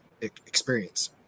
experience